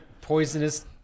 poisonous